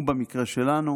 ובמקרה שלנו,